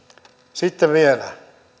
sitten vielä